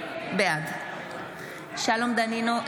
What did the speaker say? בעד שלום דנינו,